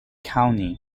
county